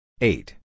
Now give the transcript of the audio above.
Eight